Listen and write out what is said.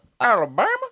Alabama